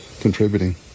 contributing